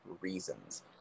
reasons